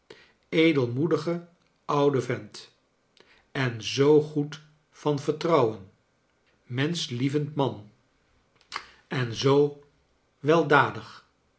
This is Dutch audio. edelmoedige oude vent en zoo goed van vertrouwen menschlievend man en zoo